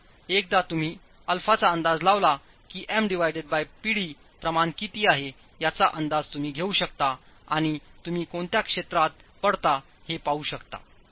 तर एकदा तुम्ही α चा अंदाज लावला कीM Pd प्रमाण किती आहे याचा अंदाज तुम्ही घेऊ शकताआणि तुम्ही कोणत्या क्षेत्रात पडता ते पाहू शकता